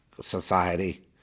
society